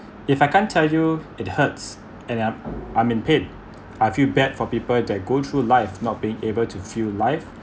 if I can't tell you it hurts and I'm I'm in pain I feel bad for people that go through life not being able to feel life